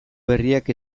berriak